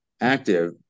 active